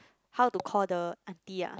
how to call the aunty ah